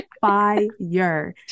fire